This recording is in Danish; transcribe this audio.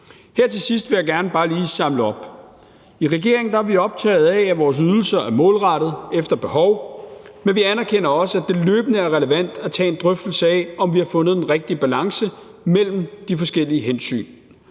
Her til sidst vil jeg gerne bare lige samle op. I regeringen er vi optaget af, at vores ydelser er målrettet efter behov, men vi anerkender også, at det løbende er relevant at tage en drøftelse af, om vi har fundet den rigtige balance mellem de forskellige hensyn.